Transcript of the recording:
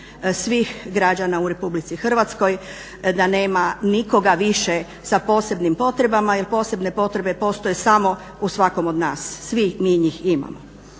svih građana u Republici Hrvatskoj da nema nikoga više sa posebnim potrebama jer posebne potrebe postoje samo u svakom od nas. Svi mi njih imamo.